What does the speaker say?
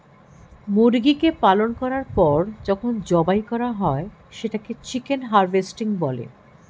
মুরগিকে পালন করার পর যখন জবাই করা হয় সেটাকে চিকেন হারভেস্টিং বলে